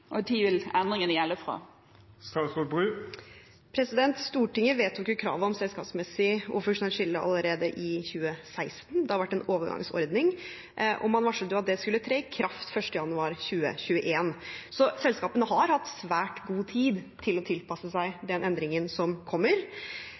og hvilket tidspunkt vil endringene gjelde fra? Stortinget vedtok jo kravet om selskapsmessig og funksjonelt skille allerede i 2016. Det har vært en overgangsordning, og man varslet at det skulle tre i kraft 1. januar 2021, så selskapene har hatt svært god tid å tilpasse seg